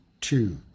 two